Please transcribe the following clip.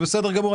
זה בסדר גמור,